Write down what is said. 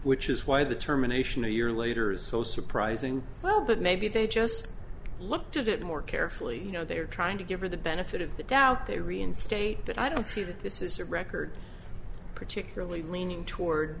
which is why the terminations a year later is so surprising well that maybe they just looked at it more carefully you know they're trying to give her the benefit of the doubt they reinstate that i don't see that this is a record particularly leaning toward